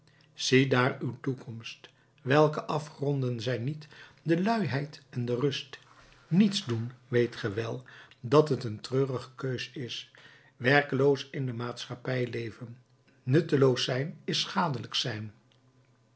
ziedaar uw toekomst welke afgronden zijn niet de luiheid en de rust niets doen weet ge wel dat het een treurige keus is werkeloos in de maatschappij leven nutteloos zijn is schadelijk zijn